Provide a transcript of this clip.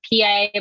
PA